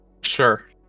Sure